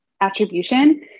attribution